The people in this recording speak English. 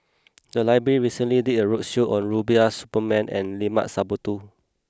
the library recently did a roadshow on Rubiah Suparman and Limat Sabtu